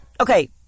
Okay